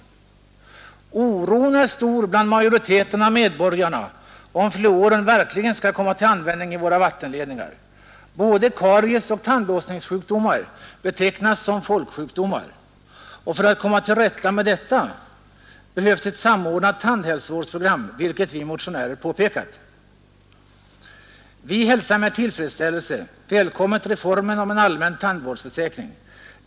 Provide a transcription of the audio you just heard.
Oron är stor bland majoriteten av medborgarna om fluoren verkligen skall komma till användning i våra vattenledningar. Både karies och tandlossningssjukdomar betecknas som folksjukdomar. För att komma till rätta med dem behövs ett samordnat tandhälsovårdsprogram, vilket vi motionärer påpekat. Vi hälsar med tillfredsställelse en allmän tandvårdsförsäkring.